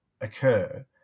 occur